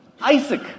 Isaac